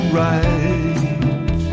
right